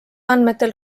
andmetel